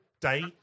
day